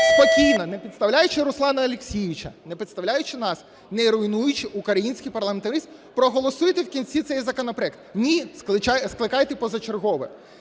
Спокійно, не підставляючи Руслана Олексійовича, не підставляючи нас, не руйнуючи український парламентаризм, проголосуйте в кінці цей законопроект. Ні – скликайте позачергове.